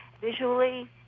visually